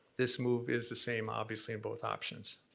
this move is the same, obviously, in both options.